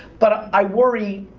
but i worry,